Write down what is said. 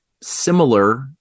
similar